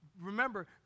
Remember